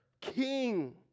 King